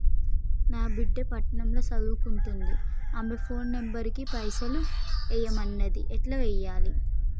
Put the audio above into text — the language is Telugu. నా బిడ్డే పట్నం ల సదువుకుంటుంది ఆమె ఫోన్ నంబర్ కి పైసల్ ఎయ్యమన్నది ఎట్ల ఎయ్యాలి?